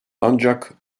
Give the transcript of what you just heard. ancak